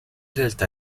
realtà